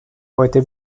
heute